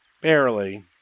barely